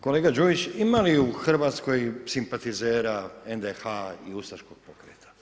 Kolega Đujić ima li u Hrvatskoj simpatizera NDH i ustaškog pokreta?